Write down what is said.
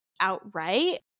outright